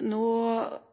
Egeland holdt nå